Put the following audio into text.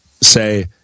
say